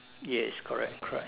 yes correct correct